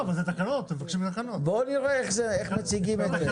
הוא נראה איך מציגים את זה.